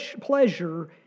pleasure